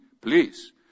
Please